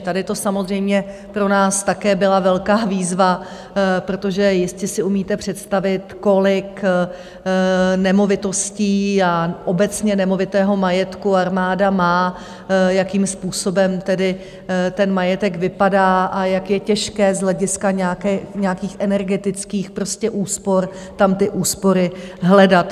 Tady to samozřejmě pro nás také byla velká výzva, protože jestli si umíte představit, kolik nemovitostí a obecně nemovitého majetku armáda má, jakým způsobem tedy ten majetek vypadá a jak je těžké z hlediska nějakých energetických úspor tam ty úspory hledat.